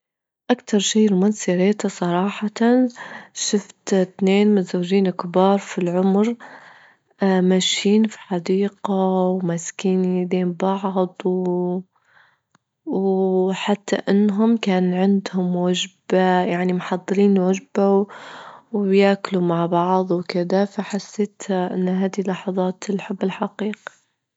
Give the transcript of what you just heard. أكتر شي رومانسي رأيته صراحة شفت اثنين متزوجين كبار في العمر ماشيين في حديقة وماسكين إيدين بعض، و- وحتى إنهم كان عندهم وجبة، يعني محضرين وجبة وبيأكلوا مع بعض وكدا، فحسيت إن هذي لحظات الحب الحقيقي.